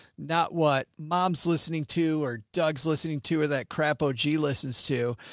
not what mom's listening to or doug's listening to, or that crap oge listens to.